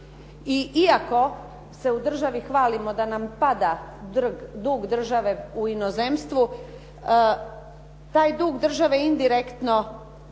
iako se u državi hvalimo da nam pada dug države u inozemstvu, taj dug države indirektno